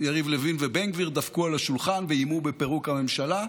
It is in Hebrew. יריב לוין ובן גביר דפקו על השולחן ואיימו בפירוק הממשלה.